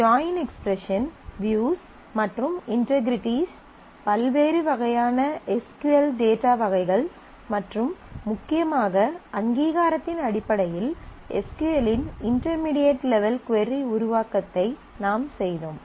join expression views மற்றும் integrities பல்வேறு வகையான எஸ் க்யூ எல் டேட்டா வகைகள் மற்றும் முக்கியமாக அங்கீகாரத்தின் அடிப்படையில் எஸ் க்யூ எல் இன் இன்டெர்மீடியேட் லெவல் கொரி உருவாக்கத்தை நாம் செய்தோம்